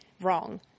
wrong